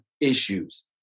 issues